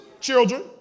children